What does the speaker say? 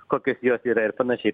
kokios jos yra ir panašiai